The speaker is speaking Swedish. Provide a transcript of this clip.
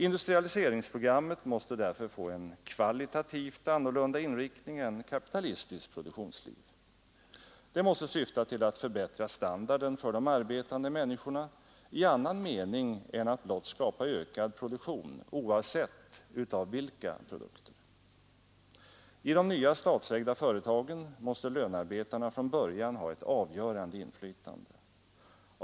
Industrialiseringsprogrammet måste därför få en kvalitativt annorlunda inriktning än kapitalistiskt produktionsliv. Det måste syfta till att förbättra standarden för de arbetande människorna i annan mening än att blott skapa ökad produktion, oavsett vilka produkter det gäller. I de nya statsägda företagen måste lönarbetarna från början ha ett avgörande inflytande.